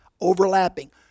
overlapping